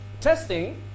Testing